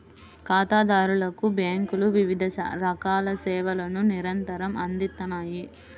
ఖాతాదారులకు బ్యేంకులు వివిధ రకాల సేవలను నిరంతరం అందిత్తన్నాయి